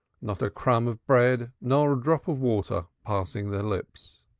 not a crumb of bread nor a drop of water passing their lips.